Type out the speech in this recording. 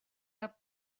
cap